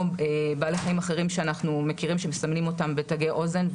בעלי חיים אחרים שאנחנו מכירים שמסמנים אותם בתגי אוזן.